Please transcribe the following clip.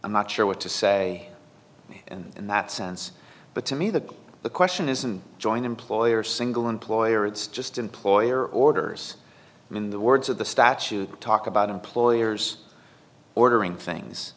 i'm not sure what to say and in that sense but to me that the question isn't joined employer single employer it's just employer orders in the words of the statute talk about employers ordering things